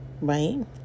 right